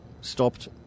stopped